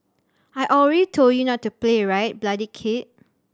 I already told you not to play right bloody kid